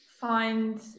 find